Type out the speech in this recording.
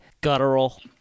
guttural